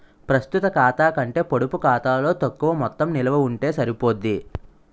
ప్రస్తుత ఖాతా కంటే పొడుపు ఖాతాలో తక్కువ మొత్తం నిలవ ఉంటే సరిపోద్ది